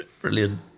Brilliant